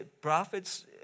prophets